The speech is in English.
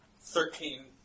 Thirteen